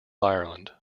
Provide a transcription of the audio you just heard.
ireland